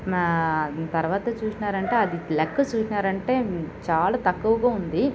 మా తర్వాత చూసినారంటే అది లెక్క చూసినారంటే చాల తక్కువగా ఉంది